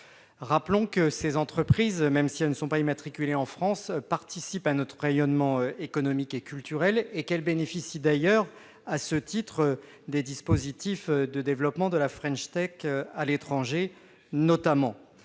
Rappelons que ces entreprises, même si elles ne sont pas immatriculées en France, participent à notre rayonnement économique et culturel et bénéficient à ce titre des dispositifs de développement de la French Tech à l'étranger, notamment.